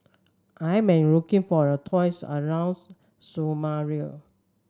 I may looking for a tours around Somalia